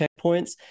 checkpoints